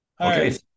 Okay